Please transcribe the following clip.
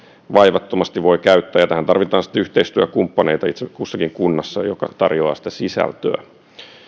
vaivattomasti voi käyttää ja tähän tarvitaan sitten yhteistyökumppaneita itse kussakin kunnassa joka tarjoaa sitä sisältöä